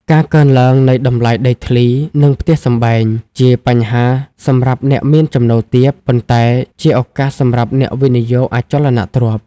ការកើនឡើងនៃតម្លៃដីធ្លី និងផ្ទះសម្បែង ជាបញ្ហាសម្រាប់អ្នកមានចំណូលទាប ប៉ុន្តែជាឱកាសសម្រាប់អ្នកវិនិយោគអចលនទ្រព្យ។